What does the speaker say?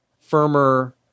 firmer